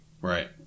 Right